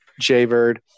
jaybird